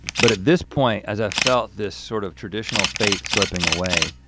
but at this point, as i felt this sort of traditional faith slipping away,